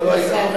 לא היית כאן.